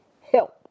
help